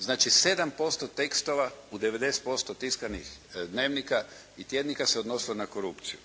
Znači, 7% tekstova u 90% tiskanih dnevnika i tjednika se odnosilo na korupciju.